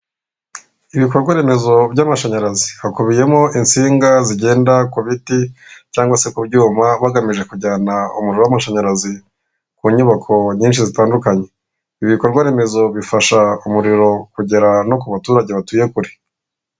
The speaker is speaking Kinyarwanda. Ibikorwaremezo by'amashanyarazi; hakubiyemo insinga zigenda ku biti cyangwa se ku byuma bagamije kujyana umuriro w'amashanyarazi ku nyubako nyinshi zitandukanye. Ibi bikorwaremezo bifasha umuriro kugera no ku baturage batuye kure.